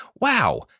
Wow